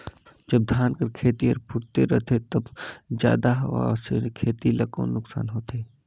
जब धान कर खेती फुटथे रहथे तब जादा हवा से खेती ला कौन नुकसान होथे?